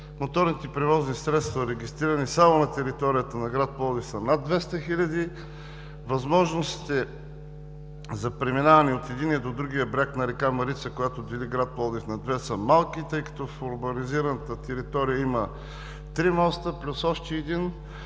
Моторните превозни средства, регистрирани само на територията на град Пловдив, са над 200 хиляди. Възможностите за преминаване от единия до другия бряг на река Марица, която дели град Пловдив, са малки, тъй като в урбанизираната територия има три моста плюс още един,